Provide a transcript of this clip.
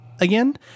again